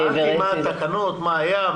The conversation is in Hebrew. שאלתי מה התקנות, מה היה.